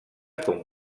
com